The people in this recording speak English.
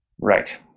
right